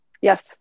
Yes